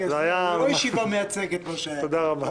אני מודה לכל החברים, מודה לצוות הוועדה.